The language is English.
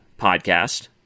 podcast